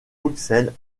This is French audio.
bruxelles